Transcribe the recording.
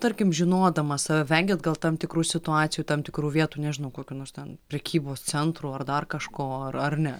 tarkim žinodamas save vengiat gal tam tikrų situacijų tam tikrų vietų nežinau kokių nors ten prekybos centrų ar dar kažko ar ar ne